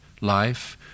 life